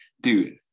dude